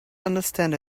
understand